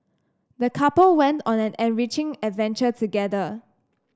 the couple went on an enriching adventure together